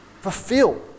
fulfill